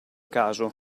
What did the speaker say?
caso